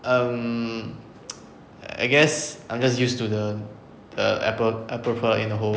um I guess I'm just used to the the apple apple product in a whole